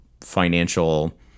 financial